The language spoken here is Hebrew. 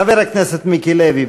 חבר הכנסת מיקי לוי,